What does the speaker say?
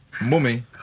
Mummy